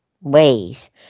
ways